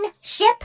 ship